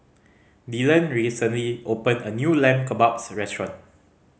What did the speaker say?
Dylan recently opened a new Lamb Kebabs Restaurant